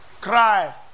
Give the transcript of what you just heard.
cry